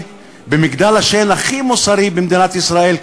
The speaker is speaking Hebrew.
במגדל השן הכי מוסרי במדינת ישראל,